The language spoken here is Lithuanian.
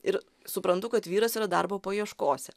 ir suprantu kad vyras yra darbo paieškose